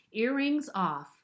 Earringsoff